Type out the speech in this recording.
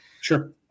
Sure